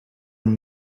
een